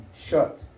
shut